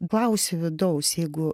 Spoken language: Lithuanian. klausiu vidaus jeigu